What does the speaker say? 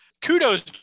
kudos